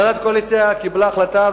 הנהלת הקואליציה קיבלה החלטה,